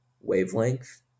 wavelength